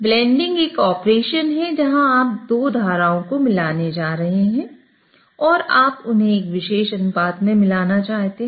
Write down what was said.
blending एक operation है जहां आप दो धाराओं को मिलाने जा रहे हैं और आप उन्हें एक विशेष अनुपात में मिलाना चाहते हैं